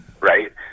right